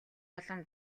олон